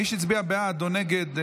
מי שהצביע בעד או נגד,